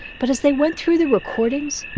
but as they went through the recordings,